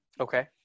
Okay